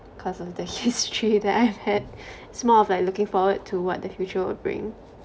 cause of the history that I've had it's more of like looking forward to what the future would bring